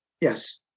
Yes